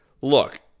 look